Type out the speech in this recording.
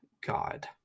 God